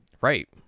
Right